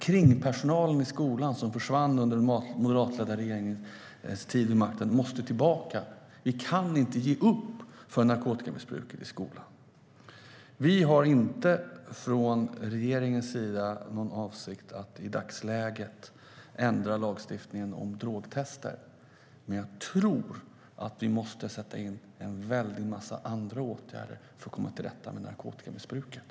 Kringpersonalen i skolan, som försvann under den moderatledda regeringens tid vid makten, måste tillbaka. Vi kan inte ge upp inför narkotikamissbruket i skolan. Vi har inte från regeringens sida någon avsikt att i dagsläget ändra lagstiftningen om drogtester, men jag tror att vi måste sätta in en väldig massa andra åtgärder för att komma till rätta med narkotikamissbruket.